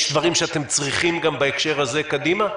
יש דברים שאתם צריכים גם בהקשר הזה קדימה?